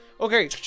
Okay